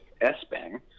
S-Bang